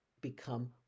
become